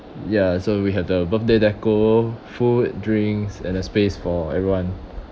ya so we have the birthday decor food drinks and a space for everyone